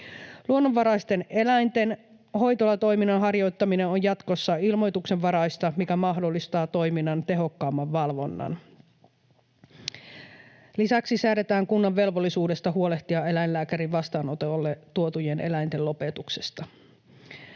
Luonnonvaraisten eläinten hoitolatoiminnan harjoittaminen on jatkossa ilmoituksenvaraista, mikä mahdollistaa toiminnan tehokkaamman valvonnan. Lisäksi säädetään kunnan velvollisuudesta huolehtia eläinlääkärin vastaanotolle tuotujen eläinten lopetuksesta.